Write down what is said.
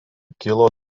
kilo